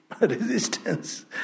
resistance